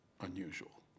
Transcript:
unusual